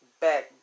back